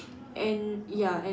and ya and